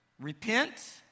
repent